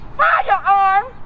firearm